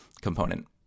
component